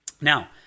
Now